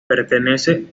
pertenece